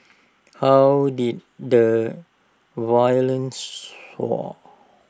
how did the violence soar